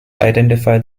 identify